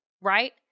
right